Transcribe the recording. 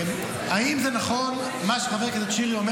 האם זה נכון מה שחבר הכנסת שירי אומר,